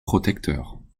protecteurs